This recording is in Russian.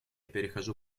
перехожу